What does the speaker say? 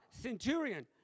centurion